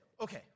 okay